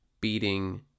beating